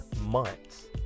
months